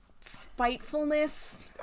Spitefulness